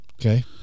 okay